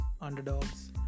underdogs